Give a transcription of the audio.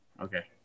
okay